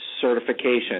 certification